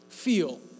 feel